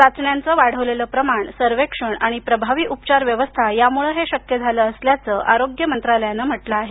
चाचण्यांची वाढवलेले प्रमाण सर्वेक्षण आणि प्रभावी उपचार व्यवस्था यामुळं हे शक्य झालं असल्याचं आरोग्य मंत्रालयानं म्हटलं आहे